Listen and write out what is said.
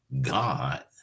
God